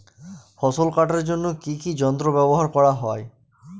ফসল কাটার জন্য কি কি যন্ত্র ব্যাবহার করা হয়?